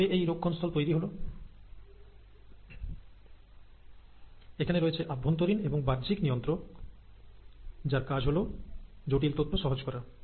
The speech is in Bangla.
কিভাবে এই রক্ষণস্থল তৈরি হল এখানে রয়েছে আভ্যন্তরীণ এবং বাহ্যিক নিয়ন্ত্রক যার কাজ হল জটিল তথ্য সহজ করা